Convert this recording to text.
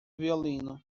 violino